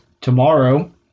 Tomorrow